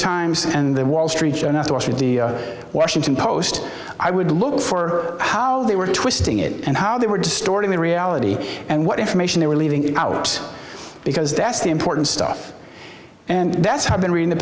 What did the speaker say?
times and the wall street journal the washington post i would look for how they were twisting it and how they were distorting the reality and what information they were leaving out because that's the important stuff and that's how i've been reading the